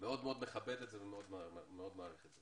מאוד-מאוד מכבד ומעריך את זה